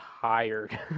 tired